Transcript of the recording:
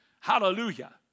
Hallelujah